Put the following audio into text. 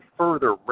further